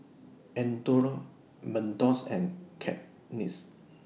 Andre Mentos and Cakenis